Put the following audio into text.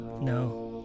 No